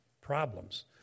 problems